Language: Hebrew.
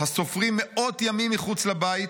הסופרים מאות ימים מחוץ לבית,